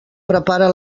prepara